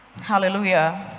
Hallelujah